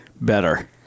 better